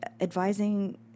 advising